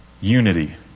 unity